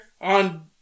on